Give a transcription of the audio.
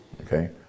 okay